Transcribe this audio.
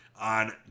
on